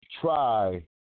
Try